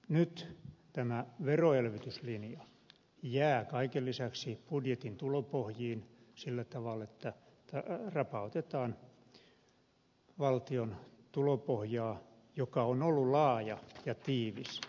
nyt tämä veroelvytyslinja jää kaiken lisäksi budjetin tulopohjiin sillä tavalla että rapautetaan valtion tulopohjaa joka on ollut laaja ja tiivis